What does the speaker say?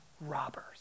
robbers